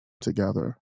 together